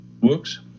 works